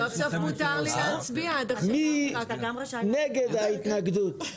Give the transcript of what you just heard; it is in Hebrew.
מי נגד ההסתייגות?